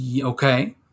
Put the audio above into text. Okay